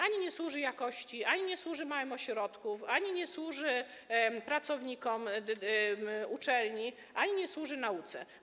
Ani nie służy jakości, ani nie służy małym ośrodkom, ani nie służy pracownikom uczelni, ani nie służy nauce.